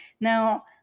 Now